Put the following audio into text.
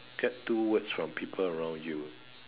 get two words from people around you